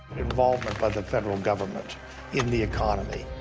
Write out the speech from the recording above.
involvement by the federal government in the economy.